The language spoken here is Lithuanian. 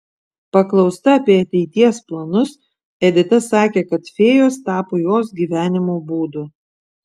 paklausta apie ateities planus edita sakė kad fėjos tapo jos gyvenimo būdu